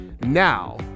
Now